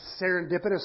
serendipitous